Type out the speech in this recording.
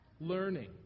Learning